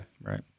right